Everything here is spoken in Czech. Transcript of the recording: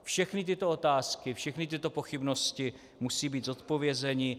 Všechny tyto otázky, všechny tyto pochybnosti musí být zodpovězeny.